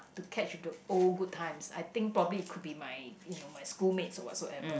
to catch the old good times I think probably it could be my you know my schoolmates whatsoever